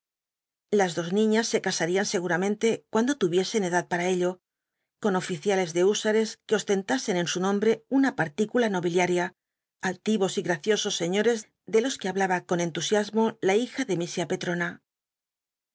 las dos niñas se casarían seguramente cuando tuviesen edad para ello con oficiales de húsares que ostentasen en su nombre una partícula nobiliaria altivos y graciosos señores de los que hablaba con entusiasmo la hija de misiá petrona